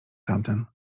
tamten